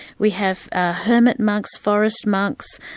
we have ah hermit monks, forest monks,